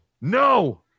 No